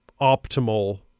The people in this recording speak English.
optimal